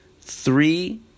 three